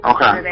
Okay